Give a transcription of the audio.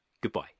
Goodbye